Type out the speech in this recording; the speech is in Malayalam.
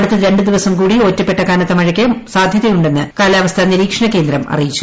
അടുത്ത രണ്ട് ദിവസം കൂടി ഒറ്റപ്പെട്ട കനത്ത മഴയ്ക്ക് മസാധൃതയുണ്ടെന്ന് കാലാവസ്ഥാ നിരീക്ഷണ കേന്ദ്രം അറിയിച്ചു